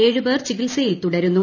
ഏഴ് പേർ ചികിത്സയിൽ തുടരുന്നു